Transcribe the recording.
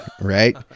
Right